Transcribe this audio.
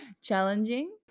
Challenging